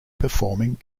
performing